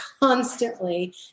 constantly